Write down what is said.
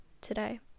today